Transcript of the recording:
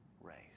race